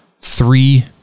three